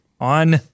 on